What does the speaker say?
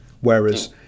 Whereas